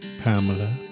Pamela